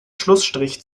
schlussstrich